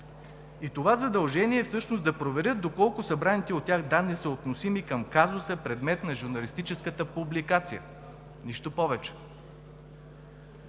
И това задължение е всъщност да проверят доколко събраните от тях данни са относими към казуса – предмет на журналистическата публикация, нищо повече.